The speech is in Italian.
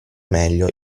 meglio